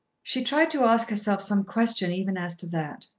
she tried to ask herself some question even as to that.